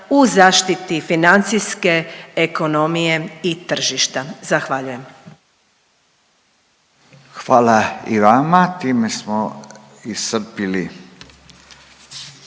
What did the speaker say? Hvala i vama. Time smo iscrpili